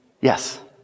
Yes